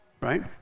right